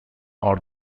are